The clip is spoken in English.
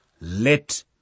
Let